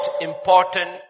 important